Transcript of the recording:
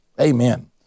Amen